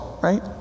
right